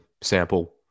sample